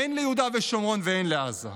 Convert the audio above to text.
הן ליהודה ושומרון והן לעזה.